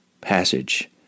passage